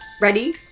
Ready